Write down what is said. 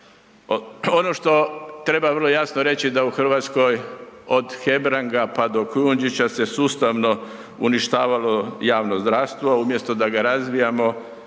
Ono što treba vrlo jasno reći da u RH od Hebranga, pa do Kujundžića se sustavno uništavalo javno zdravstvo, umjesto da ga razvijamo